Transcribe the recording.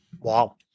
Wow